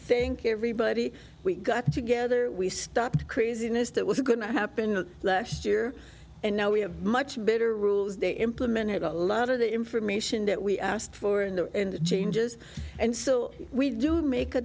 think everybody we got together we stop the craziness that was going to happen last year and now we have much better rules they implemented a lot of the information that we asked for in the changes and so we do make a